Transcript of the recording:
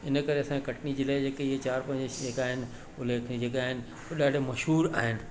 इन करे असांजे कटनी जिले जे जेके इहे चारि पंज जॻहि आहिनि उल्लेखनीय जेके आहिनि उहे ॾाढी मशहूर आहिनि